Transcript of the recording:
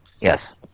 Yes